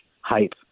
hype